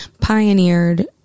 pioneered